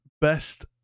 best